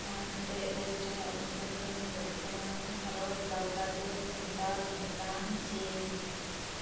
ᱢᱚᱬᱮ ᱜᱚᱴᱮᱡ ᱫᱮᱥ ᱨᱮᱭᱟᱜ ᱧᱩᱛᱩᱢ ᱫᱚ ᱦᱩᱭᱩᱜ ᱠᱟᱱᱟ ᱵᱷᱟᱨᱚᱛ ᱵᱟᱝᱞᱟᱫᱮᱥ ᱱᱮᱯᱟᱞ ᱵᱷᱩᱴᱟᱱ ᱪᱤᱱ